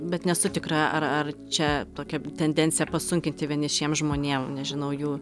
bet nesu tikra ar ar čia tokia tendencija pasunkinti vienišiem žmonėm nežinau jų